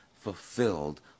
fulfilled